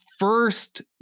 first